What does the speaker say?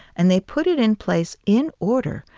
and they put it in place in order,